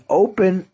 open